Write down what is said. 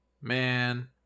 Man